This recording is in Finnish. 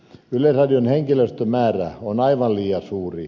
yleisradion henkilöstömäärä on aivan liian suuri